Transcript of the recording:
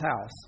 house